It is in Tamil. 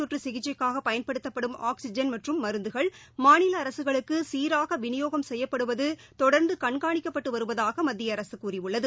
தொற்றுசிகிச்சைக்காகபயன்படுத்தப்படும் ஆக்ஸிஜன் இந்தநோய் மற்றம் மருந்துகள் மாநிலஅரசுகளுக்குசீராகவிநியோகம் செய்யப்படுவத்தொடர்ந்துகண்காணிக்கப்பட்டுவருவதாகமத்தியஅரசுகூறியுள்ளது